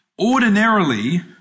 ordinarily